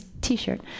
T-shirt